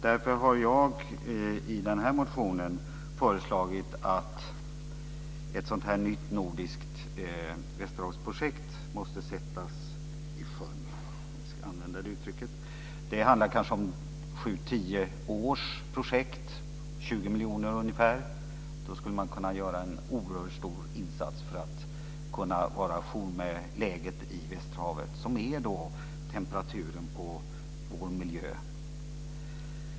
Därför har jag i den här motionen föreslagit att ett sådant nytt nordiskt västerhavsprojekt måste sättas i sjön - om jag ska använda det uttrycket. Det handlar kanske om 7-10 års projekt och ungefär 20 miljoner. Då skulle man kunna göra en oerhört stor insats för att kunna vara à jour med läget i västerhavet, som är temperaturen på vår miljö.